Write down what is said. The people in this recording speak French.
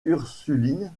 ursulines